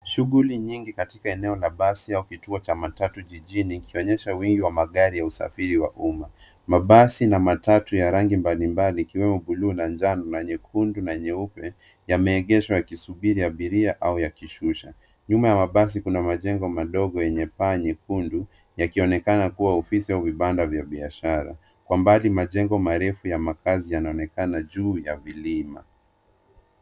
Shughuli nyingi katika eneo la basi au kituo cha matatu jijini ikionyesha wingi wa magari ya usafiri wa umma. Mabasi na matatu ya rangi mbalimbali ikiwemo buluu na njano na nyekundu na nyeupe yameegeshwa yakisubiri abiria au yakishusha, nyuma ya mabasi kuna majengo yenye paa nyekundu, yakionekana kuwa ofisi au vibanda vya biashara. Kwa mbali, majengo marefu ya makazi yanaonekana juu ya vilima.